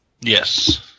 Yes